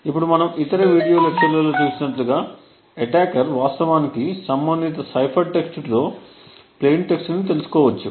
ఇప్పుడు మనము ఇతర వీడియో లెక్చర్లలో చూసినట్లుగా అటాకర్ వాస్తవానికి సంబంధిత సైఫర్ టెక్స్ట్ తో ప్లేయిన్ టెక్స్ట్ ని తెలుసుకోవచ్చు